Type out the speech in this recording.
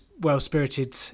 well-spirited